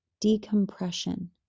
decompression